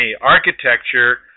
architecture